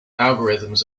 algorithms